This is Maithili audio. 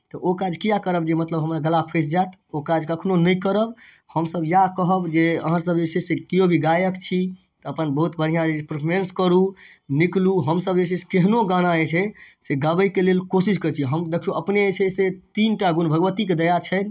तऽ ओ काज किएक करब जे मतलब हमर गला फंसि जायत ओ काज कखनो नहि करब हमसब इएह कहब जे अहाँ सब जे छै से केओ भी गायक छी तऽ अपन बहुत बढ़िआँ जे परफॉर्मेंस करू निकलू हमसब जे छै से केहनो गाना जे छै से गाबैके लेल कोशिश करै छी हम देखियौ अपने जे छै से तीन टा गुण भगवतीके दया छनि